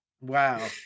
Wow